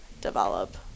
develop